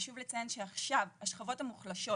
חשוב לציין עכשיו, שהשכבות המוחלשות